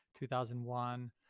2001